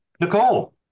Nicole